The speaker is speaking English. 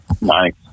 Nice